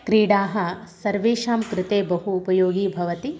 क्रीडाः सर्वेषां कृते बहु उपयोगी भवन्ति